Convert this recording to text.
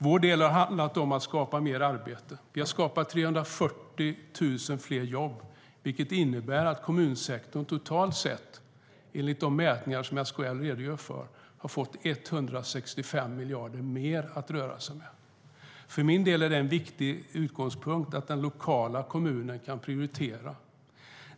Vår del har handlat om att skapa mer arbete. Vi har skapat 340 000 fler jobb, vilket innebär att kommunsektorn, enligt de mätningar som SKL redogör för, totalt har fått 165 miljarder mer att röra sig med. En viktig utgångspunkt för mig är att den enskilda kommunen kan prioritera.